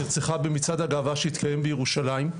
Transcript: שירה, בתו, נרצחה במצעד הגאווה שהתקיים בירושלים.